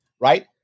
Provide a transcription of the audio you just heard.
right